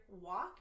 walk